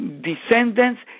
descendants